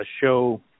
show